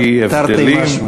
תרתי משמע.